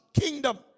kingdom